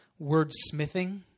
wordsmithing